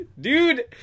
Dude